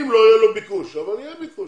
אם לא יהיה ביקוש, אבל יהיה ביקוש.